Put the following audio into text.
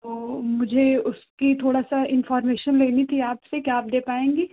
तो मुझे उसकी थोड़ा सा इनफार्मेशन लेनी थी आपसे क्या आप दे पाएंगी